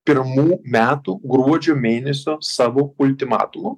pirmų metų gruodžio mėnesio savo ultimatumų